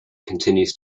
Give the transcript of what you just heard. continues